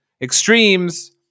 extremes